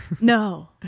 No